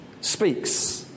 speaks